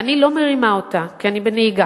ואני לא מרימה אותה כי אני בנהיגה.